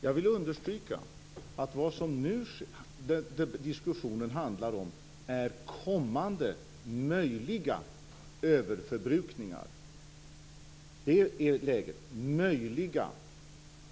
Jag vill understryka att vad diskussionen nu handlar om är kommande möjliga överförbrukningar. Jag vill understryka möjliga överförbrukningar.